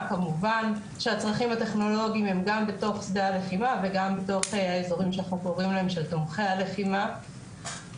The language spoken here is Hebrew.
שהם המשאב של האוניברסיטאות הישראליות צריך לחשוב בראייה יותר רחבה גם